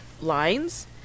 lines